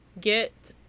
get